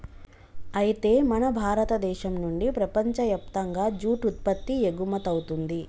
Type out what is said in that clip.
అయితే మన భారతదేశం నుండి ప్రపంచయప్తంగా జూట్ ఉత్పత్తి ఎగుమతవుతుంది